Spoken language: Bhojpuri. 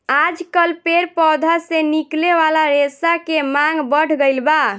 आजकल पेड़ पौधा से निकले वाला रेशा के मांग बढ़ गईल बा